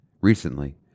Recently